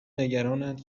نگرانند